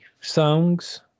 songs